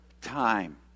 time